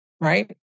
right